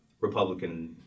Republican